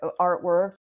artwork